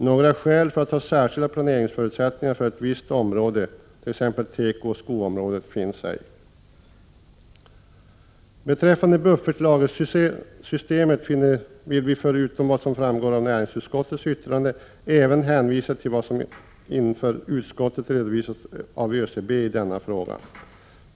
Några skäl för att ha särskilda planeringsförutsättningar för ett visst område, t.ex. tekooch skoområdet, finns ej. Beträffande buffertlagersystemet vill vi förutom vad som framgår av näringsutskottets yttrande även hänvisa till vad som inför utskottet redovisats av ÖCB i denna fråga.